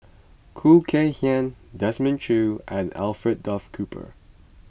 Khoo Kay Hian Desmond Choo and Alfred Duff Cooper